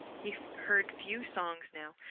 he heard few songs now,